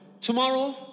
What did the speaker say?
tomorrow